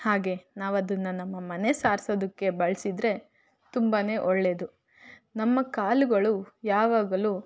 ಹಾಗೆ ನಾವದನ್ನು ನಮ್ಮ ಮನೆ ಸಾರಿಸೋದಕ್ಕೆ ಬಳಸಿದ್ರೆ ತುಂಬಾ ಒಳ್ಳೆಯದು ನಮ್ಮ ಕಾಲುಗಳು ಯಾವಾಗಲೂ